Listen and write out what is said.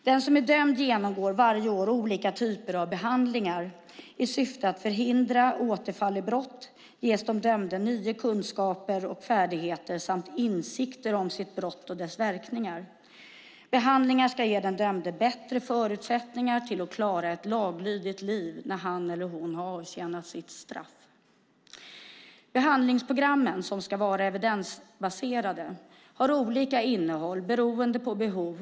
Den som är dömd genomgår varje år olika typer av behandlingar. I syfte att förhindra återfall i brott ges de dömda nya kunskaper och färdigheter samt insikter om sitt brott och dess verkningar. Behandlingar ska ge den dömde bättre förutsättningar att klara ett laglydigt liv när han eller hon har avtjänat sitt straff. Behandlingsprogrammen, som ska vara evidensbaserade, har olika innehåll beroende på behov.